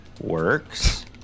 works